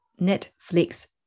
Netflix